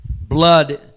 Blood